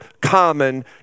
common